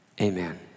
amen